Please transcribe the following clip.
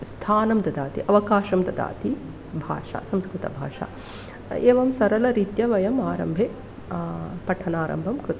स्थानं ददाति अवकाशं ददाति भाषा संस्कृतभाषा एवं सरलरीत्या वयम् आरम्भे पठनारम्भं कृतवन्तः